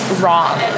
wrong